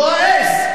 לא אעז,